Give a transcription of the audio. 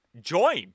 join